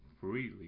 freely